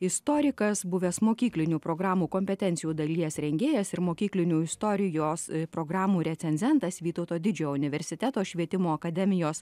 istorikas buvęs mokyklinių programų kompetencijų dalies rengėjas ir mokyklinių istorijos programų recenzentas vytauto didžiojo universiteto švietimo akademijos